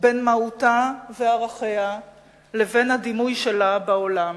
בין מהותה וערכיה לבין הדימוי שלה בעולם,